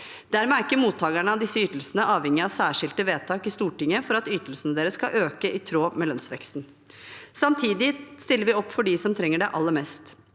Dermed er ikke mottakerne av disse ytelsene avhengige av særskilte vedtak i Stortinget for at ytelsene deres skal øke i tråd med lønnsveksten. Samtidig stiller vi opp for dem som trenger det aller mest.